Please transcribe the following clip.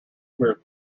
queer